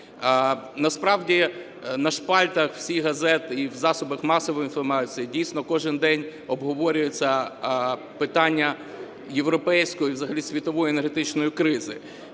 Насправді на шпальтах всіх газет і в засобах масової інформації, дійсно, кожен день обговорюється питання європейської і взагалі світової енергетичної кризи.